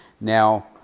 Now